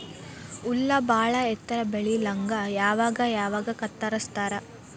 ಹುಲ್ಲ ಬಾಳ ಎತ್ತರ ಬೆಳಿಲಂಗ ಅವಾಗ ಅವಾಗ ಕತ್ತರಸ್ತಾರ